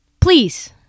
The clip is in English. please